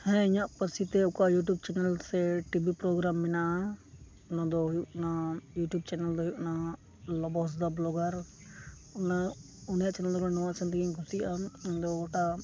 ᱦᱮᱸ ᱤᱧᱟᱹᱜ ᱯᱟᱹᱨᱥᱤᱛᱮ ᱚᱠᱟ ᱤᱭᱩᱴᱩᱵᱽ ᱪᱮᱱᱮᱞ ᱥᱮ ᱴᱤ ᱵᱤ ᱯᱨᱳᱜᱨᱟᱢ ᱢᱮᱱᱟᱜᱼᱟ ᱚᱱᱟᱫᱚ ᱦᱩᱭᱩᱜ ᱠᱟᱱᱟ ᱤᱭᱩᱴᱩᱵᱽ ᱪᱮᱱᱮᱞᱫᱚ ᱦᱩᱭᱩᱜ ᱠᱟᱱᱟ ᱞᱚᱵᱚ ᱦᱟᱸᱥᱫᱟ ᱵᱞᱚᱜᱟᱨ ᱚᱱᱟ ᱩᱱᱤᱭᱟᱜ ᱪᱮᱱᱮᱞᱫᱚ ᱟᱵᱟᱨ ᱱᱚᱣᱟ ᱦᱚᱛᱮᱡᱛᱤᱧ ᱠᱤᱥᱩᱭᱟᱜᱼᱟ ᱩᱱᱤᱫᱚ ᱜᱚᱴᱟ